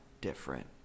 different